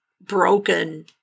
broken